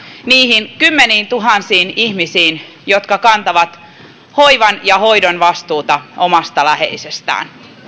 niihin kymmeniintuhansiin ihmisiin jotka kantavat hoivan ja hoidon vastuuta omasta läheisestään